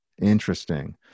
Interesting